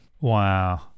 Wow